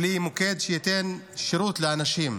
בלי מוקד שייתן שירות לאנשים,